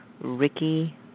Ricky